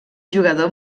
jugador